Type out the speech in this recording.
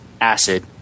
acid